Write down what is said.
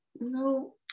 No